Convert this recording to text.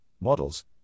models